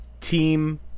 team